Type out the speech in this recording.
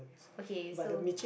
okay so